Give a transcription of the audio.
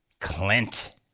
Clint